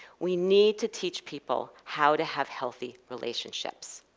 we need to teach people how to have healthy relationships.